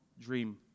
dream